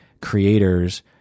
creators –